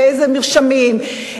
ואיזה מרשמים,